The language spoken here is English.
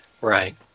Right